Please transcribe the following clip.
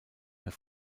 mehr